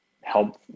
help